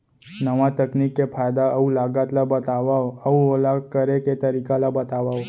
नवा तकनीक के फायदा अऊ लागत ला बतावव अऊ ओला करे के तरीका ला बतावव?